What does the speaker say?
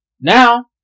Now